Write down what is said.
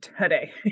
today